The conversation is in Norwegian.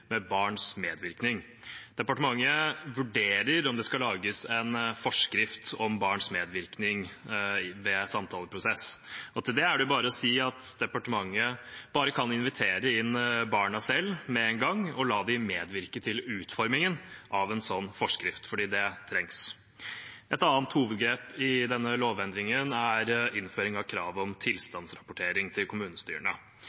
med barns medvirkning. Departementet vurderer om det skal lages en forskrift om barns medvirkning ved samtaleprosess, og til det er det bare å si at departementet bare kan invitere inn barna selv med en gang og la dem medvirke til utformingen av en sånn forskrift, for det trengs. Et annet hovedgrep i denne lovendringen er innføring av krav om